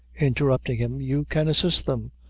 interrupting him, you can assist them.